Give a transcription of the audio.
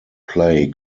play